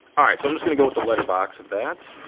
all right, so i'm just gonna go with the letter box of that.